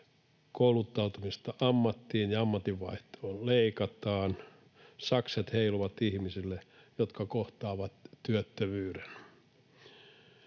kouluttautumista ammattiin ja ammatinvaihtoon leikataan — sakset heiluvat ihmisille, jotka kohtaavat työttömyyden.